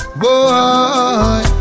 boy